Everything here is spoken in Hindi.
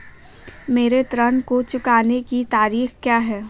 मेरे ऋण को चुकाने की तारीख़ क्या है?